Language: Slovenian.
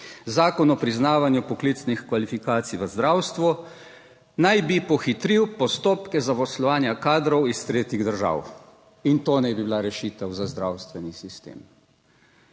Zakon o priznavanju poklicnih kvalifikacij v zdravstvu. Naj bi pohitril postopke zaposlovanja kadrov iz tretjih držav in to naj bi bila rešitev za zdravstveni sistem.